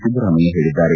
ಸಿದ್ದರಾಮಯ್ಯ ಹೇಳಿದ್ದಾರೆ